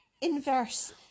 inverse